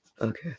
Okay